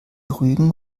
rügen